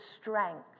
strength